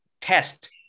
test